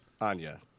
Anya